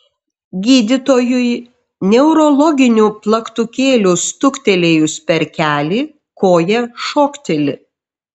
gydytojui neurologiniu plaktukėliu stuktelėjus per kelį koja šokteli